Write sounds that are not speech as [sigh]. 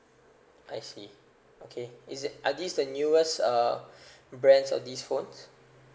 I see okay is it are this the newest uh [breath] brands of this phone